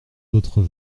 d’autres